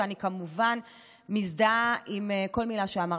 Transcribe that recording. ואני כמובן מזדהה עם כל מילה שאמרת.